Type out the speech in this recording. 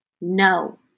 No